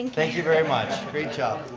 and thank you very much. great job.